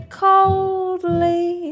coldly